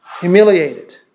Humiliated